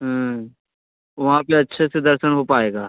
वहाँ पर अच्छे से दर्शन हो पाएगा